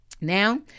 Now